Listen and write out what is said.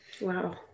Wow